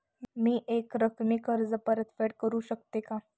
मी एकरकमी कर्ज परतफेड करू शकते का?